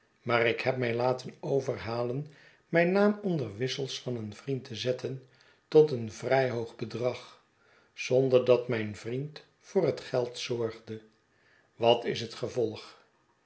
maar ik heb mij laten overhalen mijn naam onder wissels van een vriend te zetten tot een vrij hoog bedrag zonder dat mijn vriend voor het geld zorgde wat is het gevolg